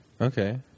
Okay